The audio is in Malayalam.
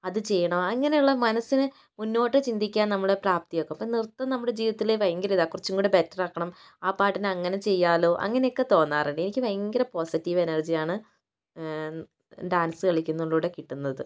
അത് ചെയ്യണം അങ്ങനെയുള്ള മനസ്സിന് മുന്നോട്ട് ചിന്തിക്കാൻ നമ്മളെ പ്രാപ്തിയാക്കും അപ്പോൾ നൃത്തം നമ്മുടെ ജീവിതത്തിൽ ഭയങ്കര ഇതാ കുറച്ചും കൂടെ ബെറ്റർ ആക്കണം ആ പാട്ടിന് അങ്ങനെ ചെയ്യാലോ അങ്ങനെ ഒക്കെ തോന്നാറുണ്ട് എനിക്ക് ഭയങ്കര പോസിറ്റീവ് എനർജിയാണ് ഡാൻസ് കളിക്കുന്നതിലൂടെ കിട്ടുന്നത്